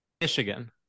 michigan